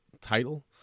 title